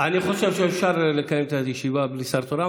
אני חושב שאפשר לקיים את הישיבה בלי שר תורן,